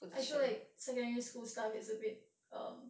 I feel like secondary school stuff it's a bit um